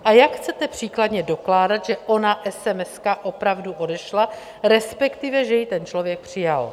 A jak chcete příkladně dokládat, že ona esemeska opravdu odešla, resp. že ji ten člověk přijal?